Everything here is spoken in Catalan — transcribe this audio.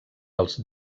els